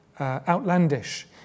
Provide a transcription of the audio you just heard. Outlandish